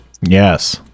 Yes